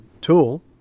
tool